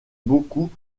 beaucoup